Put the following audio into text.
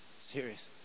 Serious